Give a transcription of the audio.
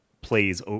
plays